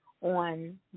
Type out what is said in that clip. on